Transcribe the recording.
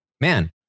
man